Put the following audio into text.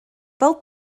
fel